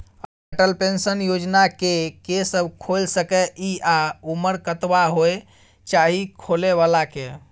Atal pension Yojana के के सब खोइल सके इ आ उमर कतबा होय चाही खोलै बला के?